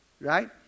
right